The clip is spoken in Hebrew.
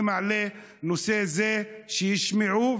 אני מעלה נושא זה כדי שישמעו,